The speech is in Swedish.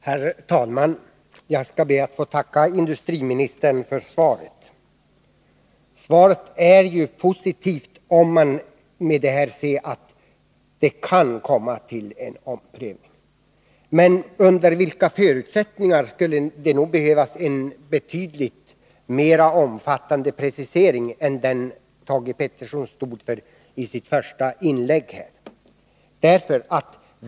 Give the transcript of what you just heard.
Herr talman! Jag skall be att få tacka industriministern för svaret. Svaret är ju positivt så till vida att det kan komma till stånd en omprövning. Men under vilka förutsättningar det kan ske skulle kräva en betydligt mer omfattande precisering än den som Thage Peterson ger i sitt svar.